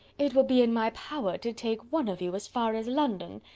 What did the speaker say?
it will be in my power to take one of you as far as london,